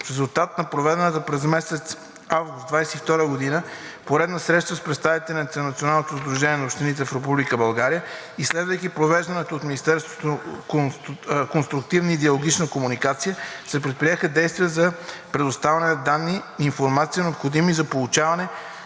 В резултат на проведената през месец август 2022 г. поредна среща с представители на Националното сдружение на общините в Република България и следвайки провежданата от Министерството конструктивна и диалогична комуникация, се предприеха действия за предоставяне на данни и информация, необходими за получаване